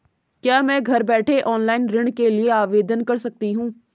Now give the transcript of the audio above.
क्या मैं घर बैठे ऑनलाइन ऋण के लिए आवेदन कर सकती हूँ?